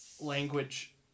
language